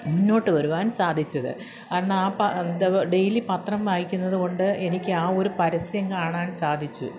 മുന്നോട്ട് വരുവാൻ സാധിച്ചത് അന്നപ്പോൾ എന്താ ഡെയ്ലി പത്രം വായിക്കുന്നതുകൊണ്ട് എനിക്ക് ആ ഒരു പരസ്യം കാണാൻ സാധിച്ചു